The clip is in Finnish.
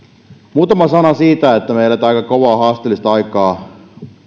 muutama sana siitä että elämme aika kovaa haasteellista aikaa